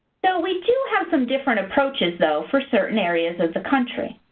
so we do have some different approaches though for certain areas of the country.